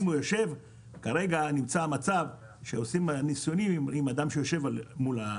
כרגע עושים ניסויים עם אדם שיושב מול ההגה.